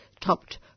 topped